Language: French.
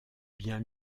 bien